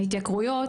ההתייקרויות.